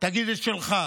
תגיד את שלך,